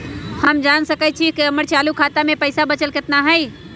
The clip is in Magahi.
हम जान सकई छी कि हमर चालू खाता में पइसा बचल कितना हई